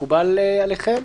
מקובל עליכם?